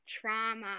trauma